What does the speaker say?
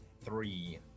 Three